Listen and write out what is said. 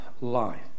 life